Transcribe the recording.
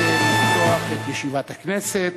למניינם, ואני מתכבד לפתוח את ישיבת הכנסת.